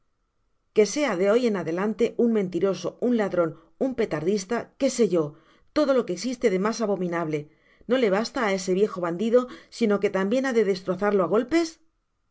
qué sea de hoy en adelante un mentiroso un ladron un petardista que sé yo todo lo que existe de mas abominable no le basta á ese viejo bandido sino que tambien ha de destrozarlo á golpes